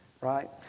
right